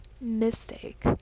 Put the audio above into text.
mistake